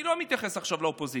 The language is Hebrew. אני לא מתייחס עכשיו לאופוזיציה,